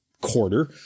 quarter